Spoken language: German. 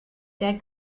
der